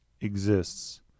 exists